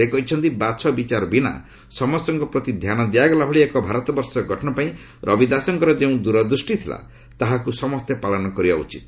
ସେ କହିଛନ୍ତି ବାଛ ବିଚାର ବିନା ସମସ୍ତଙ୍କ ପ୍ରତି ଧ୍ୟାନ ଦିଆଗଲା ଭଳି ଏକ ଭାରତବର୍ଷ ଗଠନ ପାଇଁ ରବି ଦାସଙ୍କର ଯେଉଁ ଦୂରଦୃଷ୍ଟି ଥିଲା ତାହାକୁ ସମସ୍ତେ ପାଳନ କରିବା ଉଚିତ୍